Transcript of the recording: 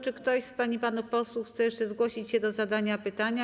Czy ktoś z pań i panów posłów chce jeszcze zgłosić się do zadania pytania?